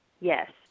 Yes